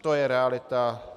To je realita.